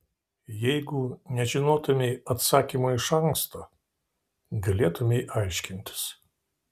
jeigu nežinotumei atsakymo iš anksto galėtumei aiškintis